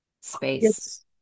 space